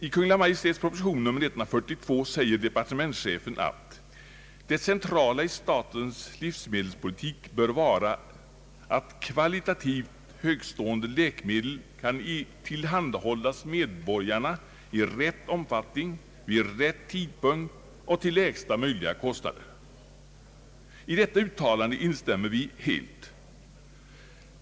I proposition nr 142 säger departementschefen att det centrala i statens läkemedelspolitik bör vara att kvalitativt högtstående läkemedel kan tillhandahållas medborgarna i rätt omfattning vid rätt tidpunkt till lägsta möjliga kostnader. I detta uttalande instämmer vi helt.